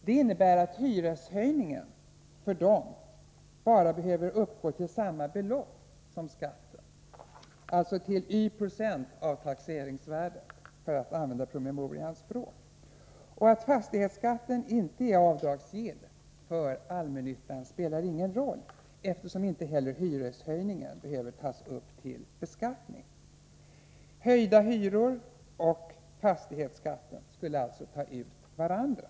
Det innebär att hyreshöjningen för dem behöver uppgå endast till samma belopp som skatten, alltså till Y 90 av taxeringsvärdet, för att använda promemorians språk. Att fastighetsskatten inte är avdragsgill spelar ingen roll, eftersom inte heller hyreshöjningen behöver tas upp till beskattning. Hyreshöjningen och fastighetsskatten skulle alltså ta ut varandra.